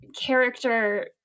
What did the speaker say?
character